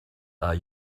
are